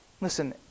Listen